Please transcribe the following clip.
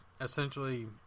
essentially